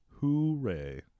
Hooray